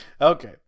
Okay